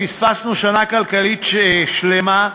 פספסנו שנה כלכלית שלמה,